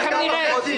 תיכף נראה.